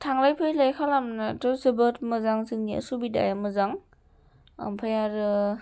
थांलाय फैलाय खालामनोथ' जोबोद मोजां जोंनिया सुबिदाया मोजां ओमफ्राय आरो